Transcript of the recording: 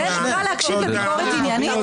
זה נקרא להקשיב לביקורת עניינית?